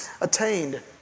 attained